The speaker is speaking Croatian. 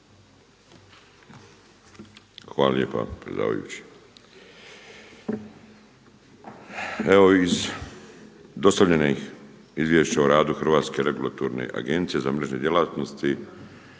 Hvala lijepa predsjedavajući. Evo iz dostavljenih izvješća o radu Hrvatske regulatorne agencije za mrežne djelatnosti